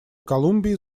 колумбии